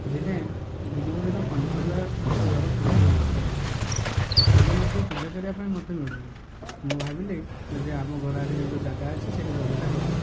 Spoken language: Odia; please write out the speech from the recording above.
ଦିନେ ଦିନକୁ ଦିନ ପନିପରିବା ଦର ବୃଦ୍ଧି ହେବାକୁ ଯାଉଛି ଆଉ ଫୁଲ ମଧ୍ୟ ପୂଜା କରିବା ପାଇଁ ମୋତେ ମିଳୁନି ମୁଁ ଭାବିଲି ଯେ ଆମ ଘର ଆଗରେ ଯେଉଁ ଜାଗା ଅଛି ସେଇଠି ବଗିଚା କରିବି